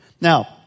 Now